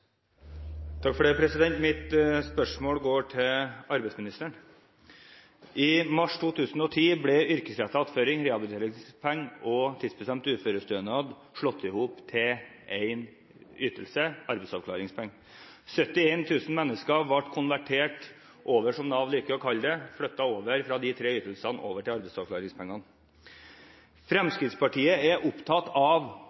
Mitt spørsmål går til arbeidsministeren. I mars 2010 ble yrkesrettet attføring, rehabiliteringspenger og tidsbestemt uførestønad slått sammen til én ytelse: arbeidsavklaringspenger. 71 000 mennesker ble konvertert – som Nav liker å kalle det – dvs. flyttet fra disse tre ytelsene og over til